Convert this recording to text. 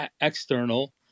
external